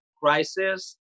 crisis